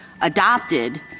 adopted